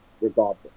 regardless